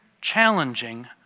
challenging